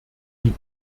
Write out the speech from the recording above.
die